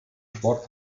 sport